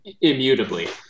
immutably